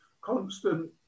constant